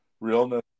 realness